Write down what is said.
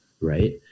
right